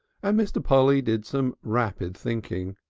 and mr. polly did some rapid thinking.